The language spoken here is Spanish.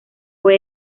fue